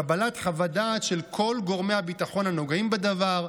קבלת חוות דעת של כל גורמי הביטחון הנוגעים בדבר,